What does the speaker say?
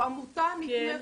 הוא עמותה נתמכת.